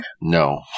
no